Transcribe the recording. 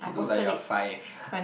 you look like you are five